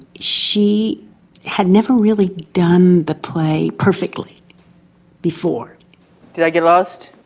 she had never really done the play perfectly before. did i get lost?